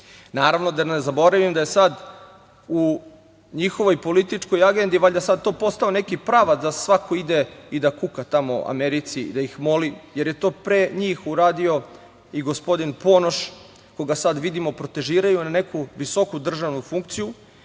da ne zaboravim da je sada u njihovoj političkoj agendi to postao neki pravac da svako ide i da kuka tamo Americi, da ih moli, jer je to pre njih uradio i gospodin Ponoš, koga sada vidimo protežiraju na neku visoku državnu funkciju,